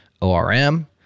ORM